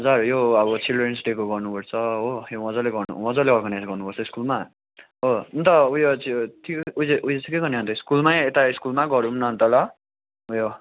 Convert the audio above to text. हजुर यो अब चिल्ड्रेन्स डेको गर्नु पर्छ हो यो मजाले मजाले अर्गनाइज गर्नु पर्छ स्कुलमा हो अन्त उयो त्यो उयो उयो चाहिँ के गर्ने अन्त स्कुलमै यता स्कुलमै गरौँ न अन्त ल